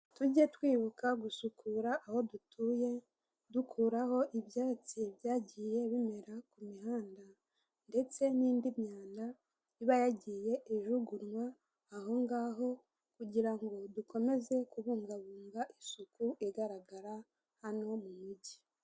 Tujye twibuka gusukura aho dutuye, dukuraho ibyatsi byagiye bimera ku mihanda, ndetse n'indi myanda iba yagiye ijugunywa ahongaho, kugira ngo dukomeze kubungabunga isuku igaragara hano mu mugi.